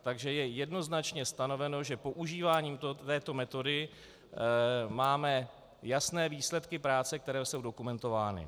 Takže je jednoznačně stanoveno, že používáním této metody máme jasné výsledky práce, které jsou dokumentovány.